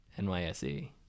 NYSE